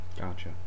Gotcha